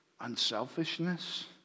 unselfishness